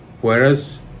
Whereas